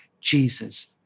Jesus